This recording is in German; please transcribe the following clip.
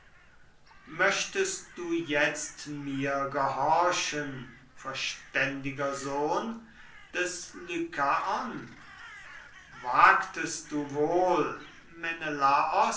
möchtest du jetzt mir gehorchen verständiger sohn des lykaon wagtest du wohl